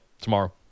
tomorrow